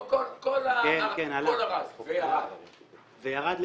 כל ה --- כן, עלה וירד ל-20,